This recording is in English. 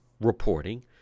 reporting